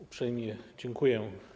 Uprzejmie dziękuję.